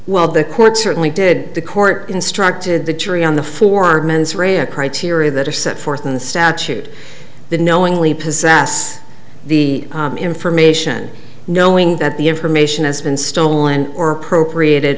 well the courts certainly did the court instructed the jury on the four mens rea a criteria that are set forth in the statute that knowingly possess the information knowing that the information has been stolen or appropriated